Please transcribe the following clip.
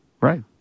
right